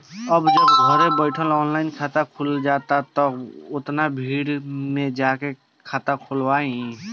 अब जब घरे बइठल ऑनलाइन खाता खुलिये जाता त के ओतना भीड़ में जाके खाता खोलवाइ